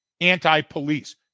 anti-police